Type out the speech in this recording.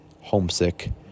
homesick